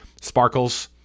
Sparkles